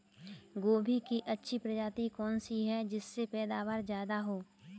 गोभी की अच्छी प्रजाति कौन सी है जिससे पैदावार ज्यादा हो?